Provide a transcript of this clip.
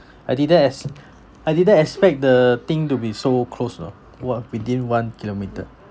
I didn't ex~ I didn't expect the thing to be so close you know !wah! within one kilometre